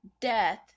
death